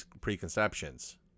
preconceptions